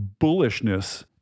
bullishness